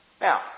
Now